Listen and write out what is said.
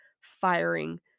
firing